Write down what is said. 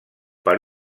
per